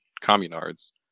communards